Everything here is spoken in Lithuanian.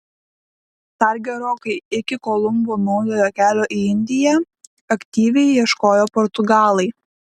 dar gerokai iki kolumbo naujojo kelio į indiją aktyviai ieškojo portugalai